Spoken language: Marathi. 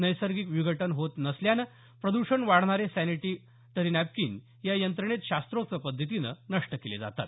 नैसर्गिक विघटन होत नसल्यानं प्रद्षण वाढवणारे सॅनिटरी नॅपकीन या यंत्रणेत शास्त्रोक्त पद्धतीनं नष्ट केले जातात